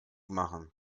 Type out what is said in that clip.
machen